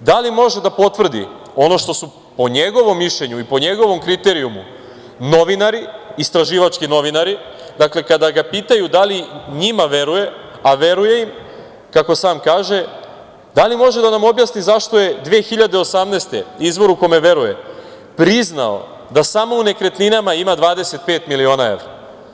da li može da potvrdi ono što su po njegovom mišljenju, po njegovom kriterijumu novinari, istraživački novinari, dakle kada ga pitaju da li njima veruje, a veruje im kako sam kaže, da li može da nam objasni zašto je 2018. godine izvoru kome veruje priznao da samo u nekretninama ima 25 miliona evra?